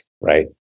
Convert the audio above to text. right